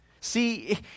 See